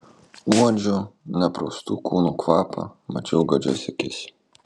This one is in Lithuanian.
uodžiau nepraustų kūnų kvapą mačiau godžias akis